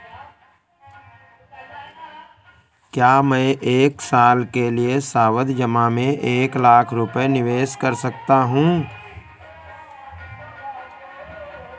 क्या मैं एक साल के लिए सावधि जमा में एक लाख रुपये निवेश कर सकता हूँ?